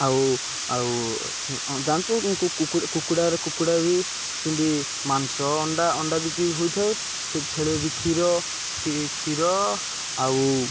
ଆଉ ଆଉ କୁକୁଡ଼ାରେ କୁକୁଡ଼ା ବି ସେମିତି ମାଂସ ଅଣ୍ଡା ଅଣ୍ଡା ବିିକି ହୋଇଥାଏ ଛେଳୀର ବି କ୍ଷୀର କ୍ଷୀର ଆଉ